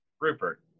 Rupert